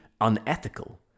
unethical